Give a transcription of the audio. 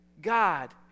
God